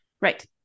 Right